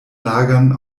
lagern